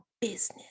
business